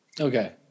Okay